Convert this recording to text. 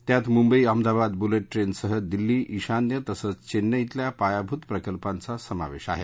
त्यात मुंबई अहमदाबाद बुलेट ट्रेनसह दिल्ली ईशान्य तसंच चेन्नईतल्या पायाभूत प्रकल्पांचा समावेश आहे